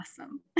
awesome